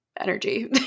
energy